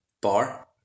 bar